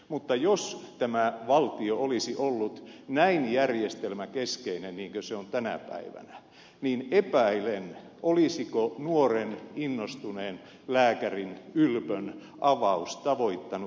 mutta jos tämä valtio olisi ollut näin järjestelmäkeskeinen niin kuin se on tänä päivänä niin epäilen olisiko nuoren innostuneen lääkärin ylpön avaus tavoittanut maalia